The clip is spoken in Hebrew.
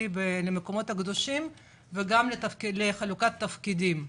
למקומות הקדושים וגם לחלוקת התפקידים.